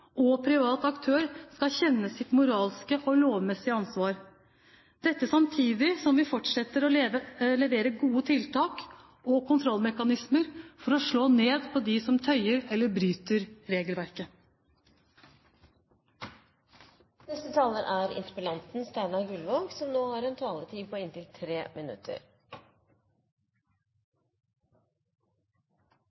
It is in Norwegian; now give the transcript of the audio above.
og privat aktør skal kjenne sitt moralske og lovmessige ansvar – dette samtidig som vi fortsetter å levere gode tiltak og kontrollmekanismer for å slå ned på dem som tøyer eller bryter regelverket. Jeg er glad for at statsråden har så vidt sterkt fokus som hun har